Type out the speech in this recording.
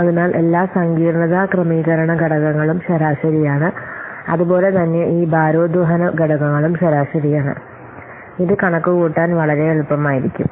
അതിനാൽ എല്ലാ സങ്കീർണ്ണത ക്രമീകരണ ഘടകങ്ങളും ശരാശരിയാണ് അതുപോലെ തന്നെ ഈ ഭാരോദ്വഹന ഘടകങ്ങളും ശരാശരിയാണ് ഇത് കണക്കുകൂട്ടാൻ വളരെ എളുപ്പമായിരിക്കും